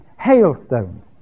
hailstones